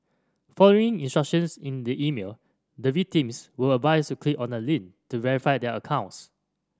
following instructions in the email the victims were advised to click on a link to verify their accounts